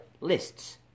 lists